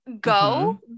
go